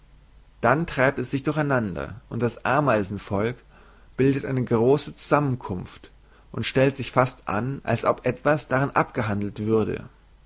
dann treibt es sich durch einander und das ameisenvolk bildet eine große zusammenkunft und stellt sich fast an als ob etwas darin abgehandelt würde